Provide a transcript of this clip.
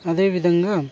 అదే విధంగా